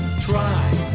try